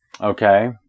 Okay